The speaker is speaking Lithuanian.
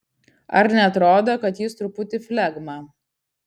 ar neatrodo kad jis truputį flegma